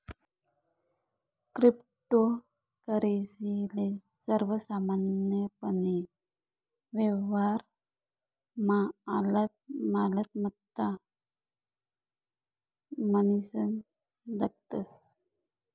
cryptocurrency ले सर्वसामान्यपने व्यवहारमा आलक मालमत्ता म्हनीसन दखतस